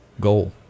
goal